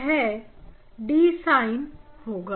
वह dSin𝛉 होगा